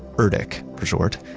erdc for short,